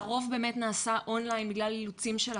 והרוב באמת נעשה און-ליין בגלל אילוצים של הקורונה,